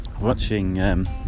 Watching